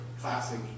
classic